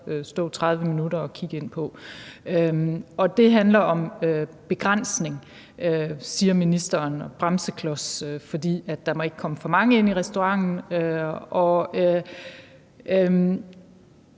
stå 30 minutter og kigge ind på. Det handler om begrænsning, siger ministeren, og bremseklodser, fordi der ikke må komme for mange ind i restauranten.